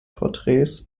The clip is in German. porträts